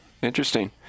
Interesting